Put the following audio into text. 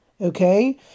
okay